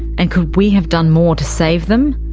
and could we have done more to save them?